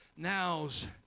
Now's